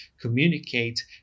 communicate